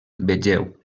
vegeu